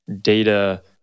data